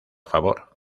favor